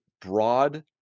broad